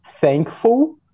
thankful